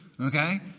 Okay